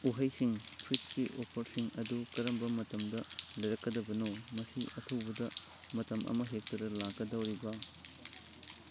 ꯎꯍꯩꯁꯤꯡ ꯐ꯭ꯔꯨꯏꯠꯀꯤ ꯑꯣꯐꯔꯁꯤꯡ ꯑꯗꯨ ꯀꯔꯝꯕ ꯃꯇꯝꯗ ꯂꯩꯔꯛꯀꯗꯕꯅꯣ ꯃꯁꯤ ꯑꯊꯨꯕꯗ ꯃꯇꯝ ꯑꯃ ꯍꯦꯛꯇꯗ ꯂꯥꯛꯀꯗꯧꯔꯤꯕ